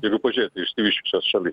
jeigu pažiūrėti išsivysčiusias šalis